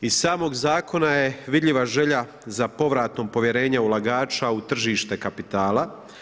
Iz samog zakona je vidljiva želja za povratom povjerenja ulagača u tržište kapitala.